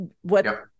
what-